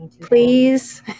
please